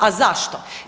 A zašto?